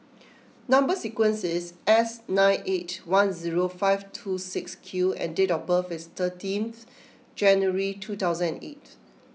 Number Sequence is S nine eight one zero five two six Q and date of birth is thirteenth January two thousand and eight